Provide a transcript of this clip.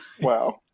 Wow